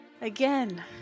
Again